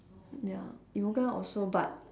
ya yoga also but